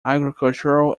agricultural